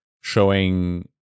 showing